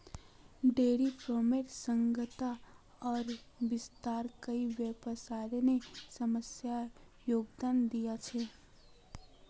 dairy फार्मेर सघनता आर विस्तार कई पर्यावरनेर समस्यात योगदान दिया छे